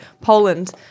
Poland